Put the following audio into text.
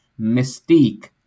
mystique